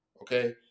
okay